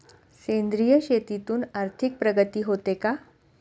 सेंद्रिय शेतीतून आर्थिक प्रगती होते का?